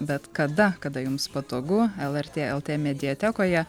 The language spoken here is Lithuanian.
bet kada kada jums patogu lrt lt mediatekoje